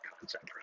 concept